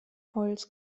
holz